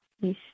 Yes